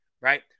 Right